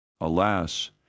Alas